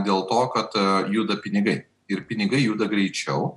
dėl to kad juda pinigai ir pinigai juda greičiau